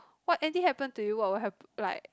what anything happen to you what would hap~ like